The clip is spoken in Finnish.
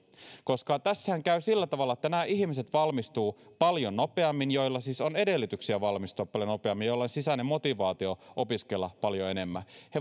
koska tässähän käy sillä tavalla että nämä ihmiset valmistuvat paljon nopeammin joilla siis on edellytyksiä valmistua paljon nopeammin joilla on sisäinen motivaatio opiskella paljon enemmän he